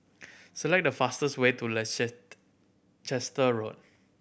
select the fastest way to Road